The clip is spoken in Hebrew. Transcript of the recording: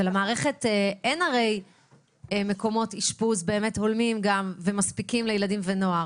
ולמערכת אין הרי מקומות אשפוז באמת הולמים וגם מספיקים לילדים ונוער.